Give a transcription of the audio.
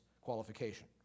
qualification